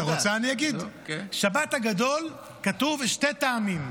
אני אגיד, שבת הגדול, כתוב, שני טעמים.